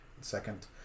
second